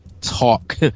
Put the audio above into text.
talk